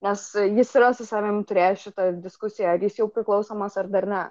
nes jis yra su savim turėjęs šitą diskusiją ar jis jau priklausomas ar dar ne